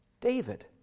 David